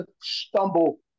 stumble